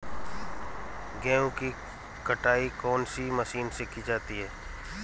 गेहूँ की कटाई कौनसी मशीन से की जाती है?